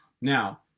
Now